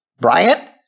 Bryant